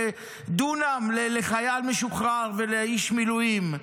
דונם לחייל משוחרר ולאיש מילואים.